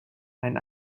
ein